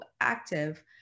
active